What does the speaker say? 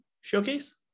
showcase